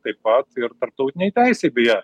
taip pat ir tarptautinei teisei beje